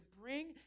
bring